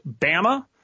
Bama